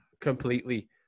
completely